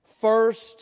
first